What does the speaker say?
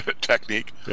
technique